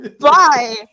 Bye